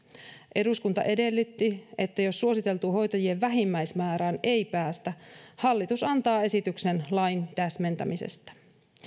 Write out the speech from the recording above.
eduskunta edellytti että jos suositeltuun hoitajien vähimmäismäärään ei päästä hallitus antaa esityksen lain täsmentämisestä